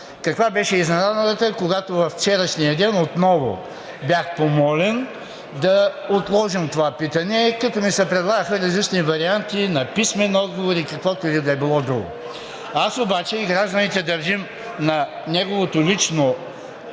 Каква беше изненадата, когато във вчерашния ден отново бях помолен да отложим това питане, като ми се предлагаха различни варианти – на писмен отговор и каквото и да било друго. Аз и гражданите обаче държим на неговите лични